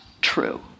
true